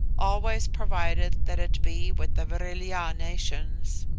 always provided that it be with the vril-ya nations.